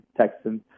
Texans